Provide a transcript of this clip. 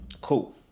cool